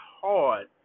hard